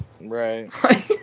Right